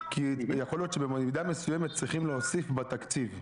כי יכול להיות שבמידה מסוימת צריכים להוסיף בתקציב.